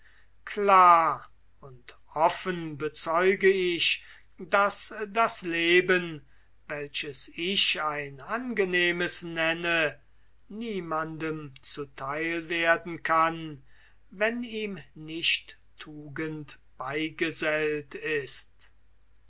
klar und offen bezeuge ich daß das leben welches ich ein angenehmes nenne niemandem zu theil werden kann wenn ihm nicht tugend beigesellt ist